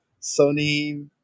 Sony